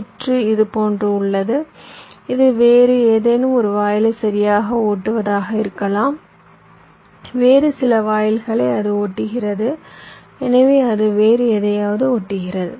சுற்று இது போன்றது இது வேறு ஏதேனும் ஒரு வாயிலை சரியாக ஓட்டுவதாக இருக்கலாம் வேறு சில வாயில்களை அது ஓட்டுகிறது எனவே அது வேறு எதையாவது ஓட்டுகிறது